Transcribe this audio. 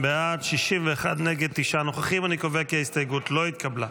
אני קובע כי ההסתייגות לא התקבלה.